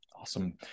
Awesome